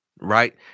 Right